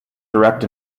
direct